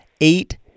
eight